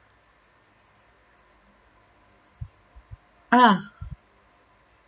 ah